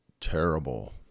terrible